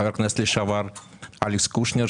לחבר הכנסת לשעבר אלכס קושניר,